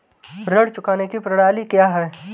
ऋण चुकाने की प्रणाली क्या है?